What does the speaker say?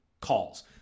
calls